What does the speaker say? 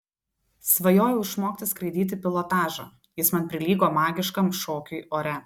svajojau išmokti skraidyti pilotažą jis man prilygo magiškam šokiui ore